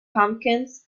pumpkins